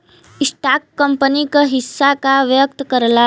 stock company क हिस्सा का व्यक्त करला